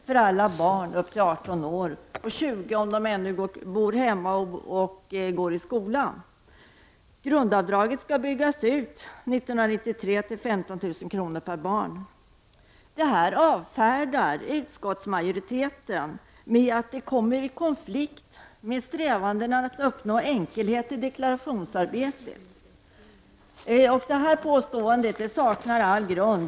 för alla barn Detta avfärdar utskottsmajoriteten med att det kommer i konflikt med strävandena att uppnå enkelhet i deklarationsarbetet. Detta påstående saknar all grund.